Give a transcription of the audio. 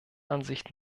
ansicht